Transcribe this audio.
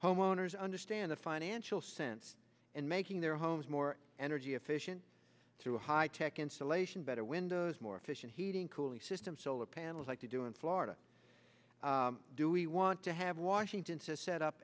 homeowners understand the financial sense in making their homes more energy efficient through high tech insulation better windows more efficient heating cooling system solar panels like they do in florida do we want to have washington to set up